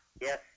Yes